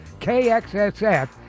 KXSF